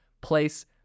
place